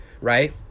right